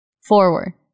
forward